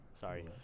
Sorry